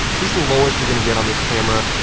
this is the lowest you're going to get on this camera,